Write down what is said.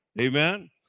Amen